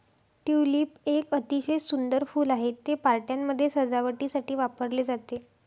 tulip एक अतिशय सुंदर फूल आहे, ते पार्ट्यांमध्ये सजावटीसाठी वापरले जाते